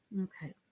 Okay